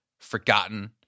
Forgotten